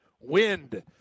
wind